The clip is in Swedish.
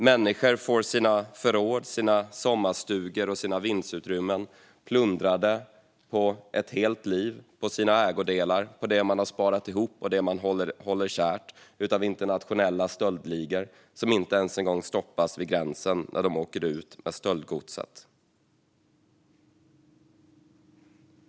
Människor får sina förråd, sina sommarstugor och sina vindsutrymmen plundrade på ett helt liv, på sina ägodelar, på det som de har sparat ihop och det som de håller kärt av internationella stöldligor som inte ens stoppas vid gränsen när de åker ut med stöldgodset.